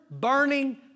burning